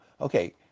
okay